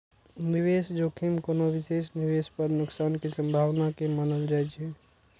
निवेश जोखिम कोनो विशेष निवेश पर नुकसान के संभावना के मानल जाइ छै